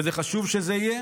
וזה חשוב שזה יהיה.